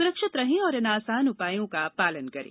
सुरक्षित रहें और इन आसान उपायों का पालन करें